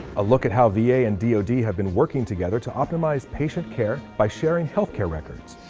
a look at how v a. and d o d. have been working together to optimize patient care by sharing healthcare records.